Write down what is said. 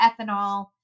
ethanol